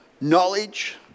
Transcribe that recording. knowledge